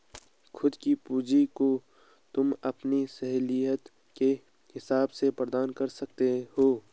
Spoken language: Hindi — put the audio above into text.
खुद की पूंजी को तुम अपनी सहूलियत के हिसाब से प्रदान कर सकते हो